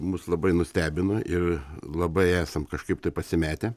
mus labai nustebino ir labai esam kažkaip tai pasimetę